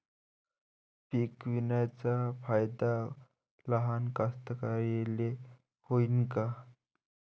पीक विम्याचा फायदा लहान कास्तकाराइले होईन का?